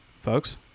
Folks